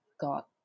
got